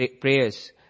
prayers